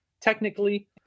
technically